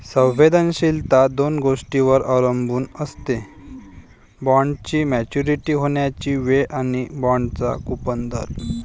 संवेदनशीलता दोन गोष्टींवर अवलंबून असते, बॉण्डची मॅच्युरिटी होण्याची वेळ आणि बाँडचा कूपन दर